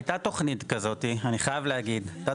הייתה תוכנית כזאת אני חייב להגיד הייתה